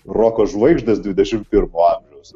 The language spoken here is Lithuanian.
roko žvaigždės dvidešimt pirmo amžiaus